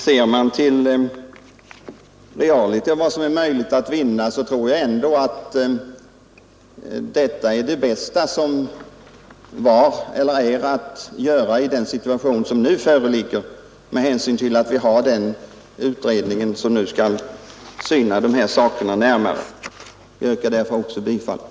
Ser man till vad som realiter är möjligt att vinna, tror jag ändå att utskottets förslag är det bästa som kan åstadkommas i den situation som nu föreligger, när en utredning tillsatts för att närmare syna dessa frågor. Också jag yrkar därför bifall till utskottets hemställan.